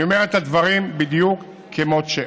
אני אומר את הדברים בדיוק כמות שהם.